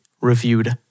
reviewed